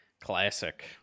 classic